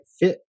fit